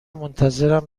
منتظرم